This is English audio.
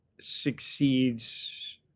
succeeds